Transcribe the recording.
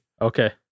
Okay